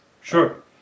sure